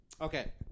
Okay